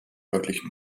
örtlichen